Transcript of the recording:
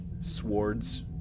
swords